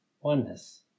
oneness